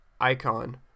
icon